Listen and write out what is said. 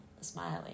smiling